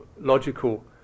logical